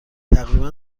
تقریبا